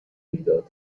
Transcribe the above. میداد